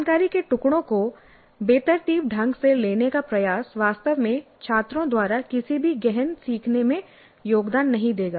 जानकारी के टुकड़ों को बेतरतीब ढंग से लेने का प्रयास वास्तव में छात्रों द्वारा किसी भी गहन सीखने में योगदान नहीं देगा